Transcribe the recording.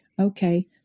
Okay